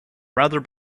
rather